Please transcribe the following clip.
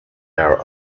our